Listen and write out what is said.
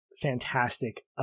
fantastic